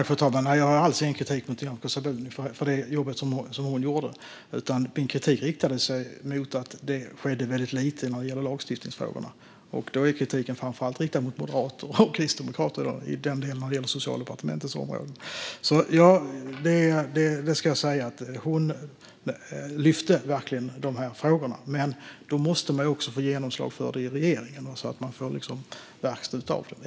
Fru talman! Nej, jag har alls ingen kritik mot Nyamko Sabuni för det jobb som hon gjorde, utan min kritik riktar sig mot att det skedde väldigt lite när det gällde lagstiftningsfrågorna. Då är kritiken framför allt riktad mot Moderaterna och Kristdemokraterna i de delar som ligger på Socialdepartementets område. Nyamko Sabuni lyfte verkligen fram de här frågorna. Men man måste ju också få genomslag för dem i regeringen så att de blir verkställda.